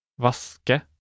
vaske